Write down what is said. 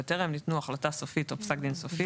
וטרם ניתנו החלטה סופית או פסק דין סופי,